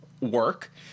work